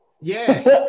Yes